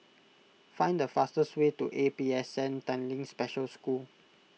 find the fastest way to A P S N Tanglin Special School